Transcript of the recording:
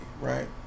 right